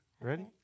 Ready